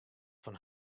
fan